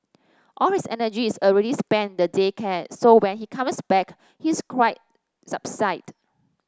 all his energy is already spent in the day care so when he comes back he is quite subdued